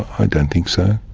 i don't think so.